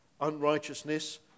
unrighteousness